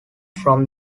from